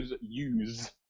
use